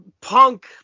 punk